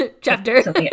chapter